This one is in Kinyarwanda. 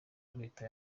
leta